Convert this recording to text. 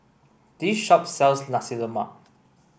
this shop sells Nasi Lemak